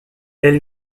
elle